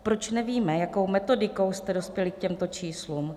Proč nevíme, jakou metodikou jste dospěli k těmto číslům?